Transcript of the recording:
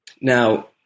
Now